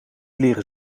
leren